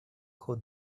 who